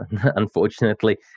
Unfortunately